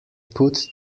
put